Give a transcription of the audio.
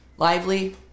Lively